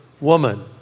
woman